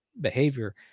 behavior